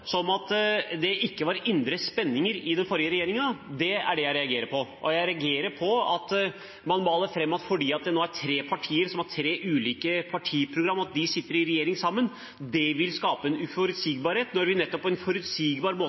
at det ikke var indre spenninger i den forrige regjeringen, er det jeg reagerer på. Og jeg reagerer på at man maler på at fordi det nå er tre partier som har tre ulike partiprogram, som sitter i regjering sammen, vil det skape en uforutsigbarhet, når den nettopp på en forutsigbar måte